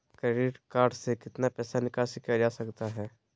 Credit card से कितना पैसा निकासी किया जा सकता है?